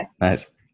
nice